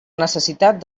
necessitat